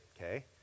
Okay